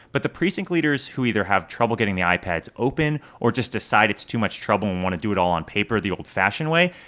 but the precinct leaders who either have trouble getting the ipads open or just decide it's too much trouble and want to do it all on paper the old-fashioned way,